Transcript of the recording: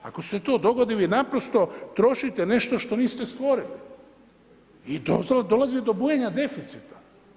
Ako se to dogodi vi naprosto trošite nešto što niste stvorili i dolazi do bujanja deficita.